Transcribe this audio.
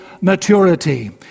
maturity